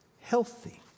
healthy